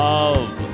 Love